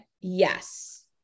yes